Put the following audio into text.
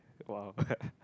!wow!